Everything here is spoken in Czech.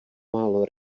málo